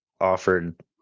offered